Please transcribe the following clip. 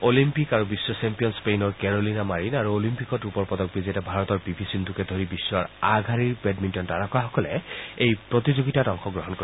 Olympic আৰু বিশ্ব champion স্পেইনৰ কেৰলিনা মাৰিন আৰু অলিম্পিকত ৰূপৰ পদক বিজেতা ভাৰতৰ পি ভি সিদ্ধকে ধৰি বিশ্বৰ আগশাৰীৰ বেডমিণ্টন তাৰকাসকলে এই প্ৰতিযোগিতাত অংশগ্ৰহণ কৰিব